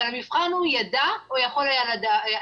אבל המבחן הוא ידע או יכול היה לדעת.